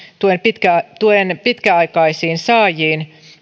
tuen pitkäaikaisiin saajiin